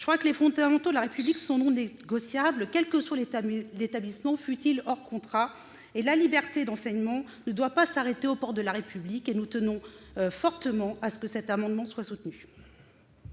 et de. Les fondamentaux de la République ne sont pas négociables, quel que soit l'établissement, fut-il hors contrat, et la liberté d'enseignement ne doit pas s'arrêter aux portes de la République. Nous tenons donc fortement à ce que cet amendement soit adopté.